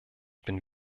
bin